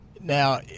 Now